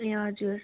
ए हजुर